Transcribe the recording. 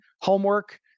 homework